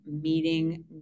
meeting